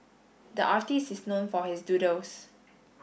the artist is known for his doodles